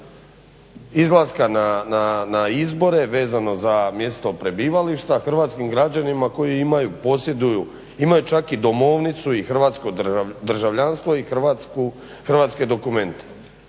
izlaska na izbore vezano za mjesto prebivališta hrvatskim građanima koji posjeduju, imaju čak i domovnicu i hrvatsko državljanstvo i hrvatske dokumente